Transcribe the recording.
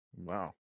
wow